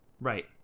Right